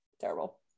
terrible